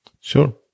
Sure